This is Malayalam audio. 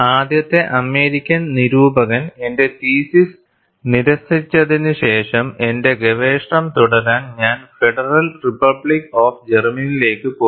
ആദ്യത്തെ അമേരിക്കൻ നിരൂപകൻ എന്റെ തീസിസ് നിരസിച്ചതിനുശേഷം എന്റെ ഗവേഷണം തുടരാൻ ഞാൻ ഫെഡറൽ റിപ്പബ്ലിക് ഓഫ് ജർമ്മനിയിലേക്ക് പോയി